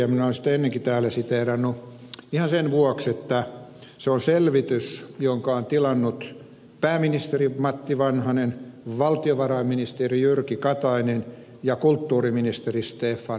minä olen sitä ennenkin täällä siteerannut ihan sen vuoksi että se on selvitys jonka ovat tilanneet pääministeri matti vanhanen valtiovarainministeri jyrki katainen ja kulttuuriministeri stefan wallin